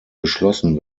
beschlossen